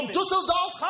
Dusseldorf